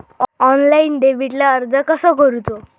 Online डेबिटला अर्ज कसो करूचो?